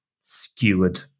skewered